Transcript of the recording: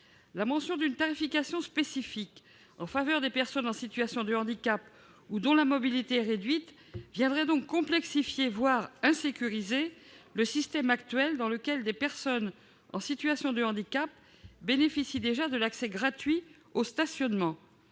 La mention d'une tarification spécifique en faveur des personnes en situation de handicap ou dont la mobilité est réduite viendrait donc complexifier, voire insécuriser, le système actuel dans lequel des personnes en situation de handicap bénéficient déjà de l'accès gratuit au stationnement.